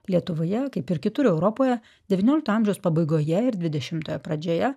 lietuvoje kaip ir kitur europoje devyniolikto amžiaus pabaigoje ir dvidešimtojo pradžioje